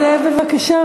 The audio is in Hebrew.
חבר הכנסת זאב, בבקשה.